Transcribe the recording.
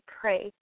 pray